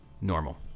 normal